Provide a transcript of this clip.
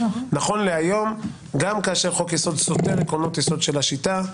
נכון להיום גם כאשר חוק יסוד סותר עקרונות יסוד של השיטה,